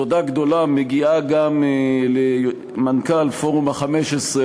תודה גדולה מגיעה גם למנכ"ל פורום ה-15,